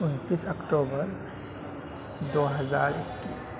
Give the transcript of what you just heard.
انتیس اکٹوبر دو ہزار اکیس